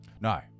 No